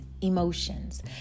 emotions